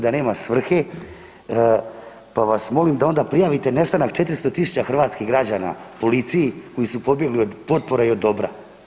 da nema svrhe pa vas molim da onda prijavite nestanak 400 000 hrvatskih građana policiji koji su pobjegli od potpora i od dobra.